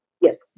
Yes